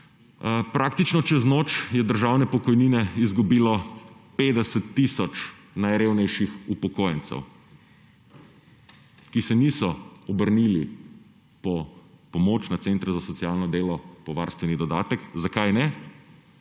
Praktično čez noč je državne pokojnine izgubilo 50 tisoč najrevnejših upokojencev, ki se niso obrnili po pomoč na centre za socialno delo za varstveni dodatek. Zakaj ne?